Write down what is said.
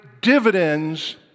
dividends